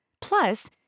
Plus